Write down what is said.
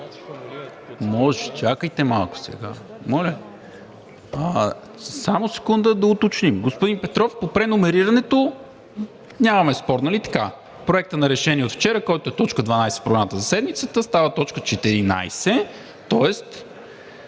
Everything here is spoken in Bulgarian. Чакайте малко сега, моля. Само секунда да уточним. Господин Петров, по преномерирането нямаме спор, нали така? Проектът на решение от вчера, който е т. 12 в Програмата за седмицата, става т. 14, тоест